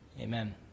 Amen